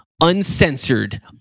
uncensored